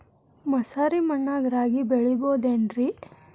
ಮಸಾರಿ ಮಣ್ಣಾಗ ರಾಗಿ ಬೆಳಿಬೊದೇನ್ರೇ?